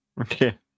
okay